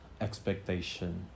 expectation